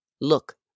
Look